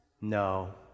No